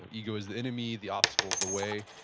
ah ego is the enemy, the obstacle is the way.